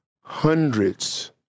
hundreds